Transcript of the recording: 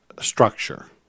structure